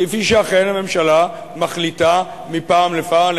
כפי שאכן הממשלה מחליטה מפעם לפעם.